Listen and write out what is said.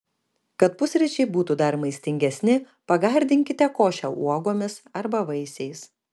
kad pusryčiai būtų dar maistingesni pagardinkite košę uogomis arba vaisiais